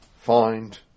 find